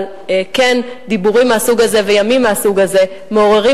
אבל דיבורים מהסוג הזה וימים מהסוג הזה כן מעוררים